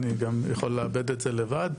אני גם יכול לעבד את זה לבד,